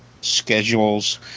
schedules